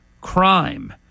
Crime